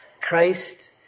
Christ